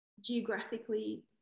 geographically